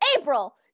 April